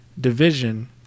division